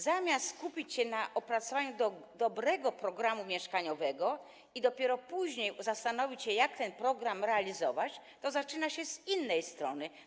Zamiast skupić się na opracowaniu dobrego programu mieszkaniowego i dopiero później zastanowić się, jak ten program realizować, to zaczyna się z innej strony.